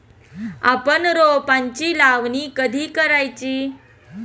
आपण रोपांची लावणी कधी करायची?